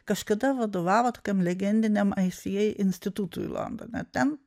kažkada vadovavo tokiam legendiniam ica institutui londone ten